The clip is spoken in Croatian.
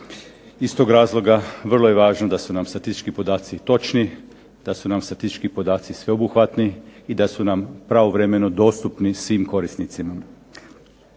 Iz tog razloga vrlo je važno da su nam statistički podaci točni, da su nam statistički podaci sveobuhvatni i da su nam pravovremeno dostupni svim korisnicima.